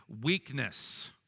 weakness